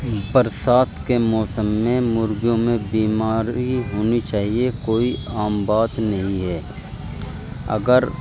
برسات کے موسم میں مرغیوں میں بیماری ہونی چاہیے کوئی عام بات نہیں ہے اگر